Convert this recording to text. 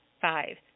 Five